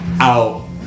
out